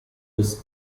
des